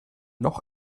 noch